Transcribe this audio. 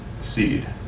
seed